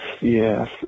yes